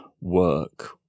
work